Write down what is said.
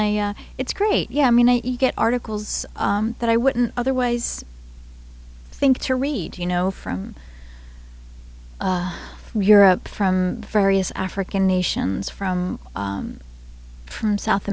i it's great yeah i mean you get articles that i wouldn't otherwise think to read you know from europe from various african nations from from south